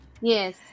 Yes